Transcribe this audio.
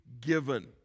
given